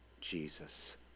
Jesus